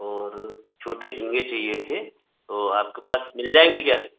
और छोटे झींगे चाहिए थे तो आपके पास मिल जाएँगे क्या